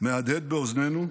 מהדהד באוזנינו,